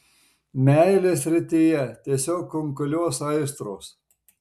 meilės srityje tiesiog kunkuliuos aistros